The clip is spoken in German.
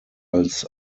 als